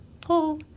Pull